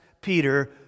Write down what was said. Peter